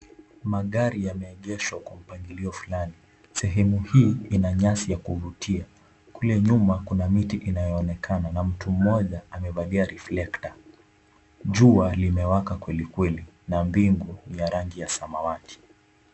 Magari yameegeshwa kwa mpangilio fulani. Sehemu huo ina nyasi ya kuvutia, kule nyuma kuna miti inayoonekana, na mtu mmoja amevalia riflekta. Jua limewaka kweli kweli na mbingu ya rangi ya samawati.